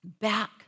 Back